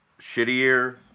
shittier